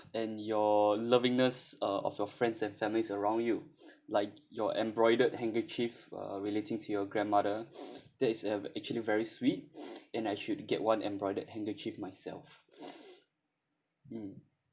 and your lovingness uh of your friends and family around you like your embroidered handkerchief uh relating to your grandmother that's a actually very sweet and I should get one embroidered handkerchief myself mm